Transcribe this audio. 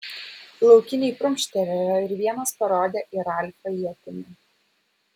laukiniai prunkštelėjo ir vienas parodė į ralfą ietimi